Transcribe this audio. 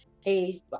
hey